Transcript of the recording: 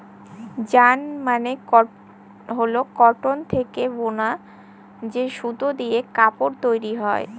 yarn মানে হল cotton থেকে বুনা যে সুতো দিয়ে কাপড় তৈরী হয়